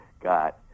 got